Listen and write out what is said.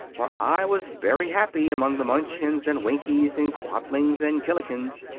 for i was very happy among the munchkins and winkies and quadlings and gillikins.